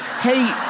Hey